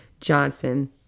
Johnson